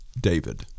David